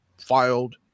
filed